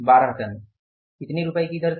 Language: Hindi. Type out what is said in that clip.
12 टन कितने रुपये की दर से